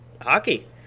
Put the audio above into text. hockey